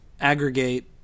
aggregate